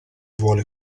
vuole